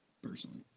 Personally